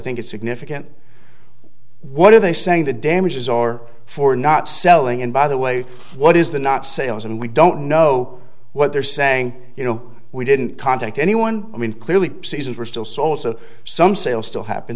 think it's significant what are they saying the damages or for not selling and by the way what is the not sales and we don't know what they're saying you know we didn't contact anyone i mean clearly seasons were still sold so some sales still happen